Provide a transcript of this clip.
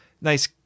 nice